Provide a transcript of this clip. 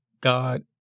God